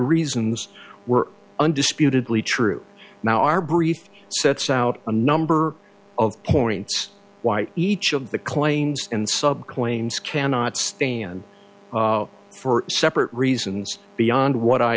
reasons we're undisputedly true now our brief sets out a number of points why each of the claims and sub claims cannot stand for separate reasons beyond what i